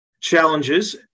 challenges